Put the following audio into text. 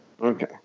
Okay